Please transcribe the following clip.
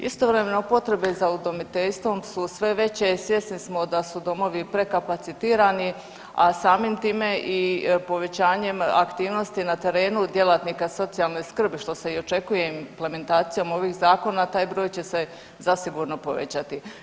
Istovremeno, potrebe za udomiteljstvom su sve veće i svjesni smo da su domovi prekapacitirani, a samim time i povećanjem aktivnosti na terenu djelatnika socijalne skrbi, što se i očekuje implementacijom ovih zakona, taj broj će se zasigurno povećati.